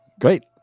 Great